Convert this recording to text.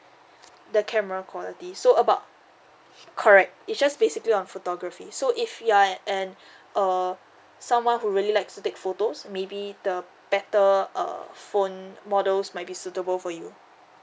the camera quality so about correct it's just basically on photography so if you're a an uh someone who really likes to take photos maybe the better err phone models might be suitable for you